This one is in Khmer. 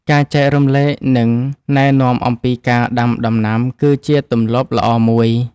ការចែករំលែកនិងណែនាំអំពីការដាំដំណាំគឺជាទម្លាប់ល្អមួយ។